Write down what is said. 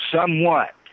somewhat